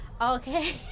okay